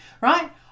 right